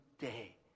day